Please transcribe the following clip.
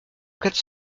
quatre